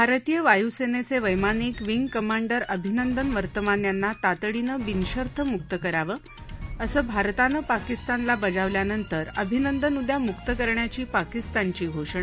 भारतीय वाय्सेनेचे वैमानिक विंग कमांडर अभिनंदन वर्तमान यांना तातडीनं बिनशर्त म्क्त करावं असं भारतानं पाकिस्तानला बजावल्यानंतर अभिनंदन उदया मुक्त करण्याची पाकिस्तानची घोषणा